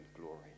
glory